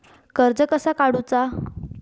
कर्ज कसा काडूचा?